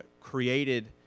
created